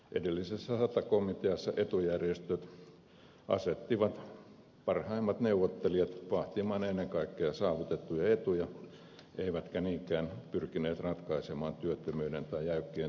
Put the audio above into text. edellisessä sata komiteassa etujärjestöt asettivat parhaimmat neuvottelijat vahtimaan ennen kaikkea saavutettuja etuja eivätkä niinkään pyrkineet ratkaisemaan työttömyyden tai jäykkien työmarkkinoiden ongelmia